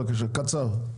בבקשה, קצר.